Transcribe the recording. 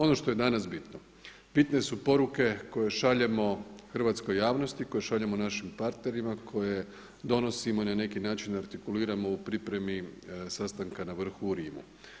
Ono što je danas bitno, bitne su poruke koje šaljemo hrvatskoj javnosti, koje šaljemo našim partnerima koje donosimo na neki način i artikuliramo u pripremi sastanka na vrhu u Rimu.